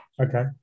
Okay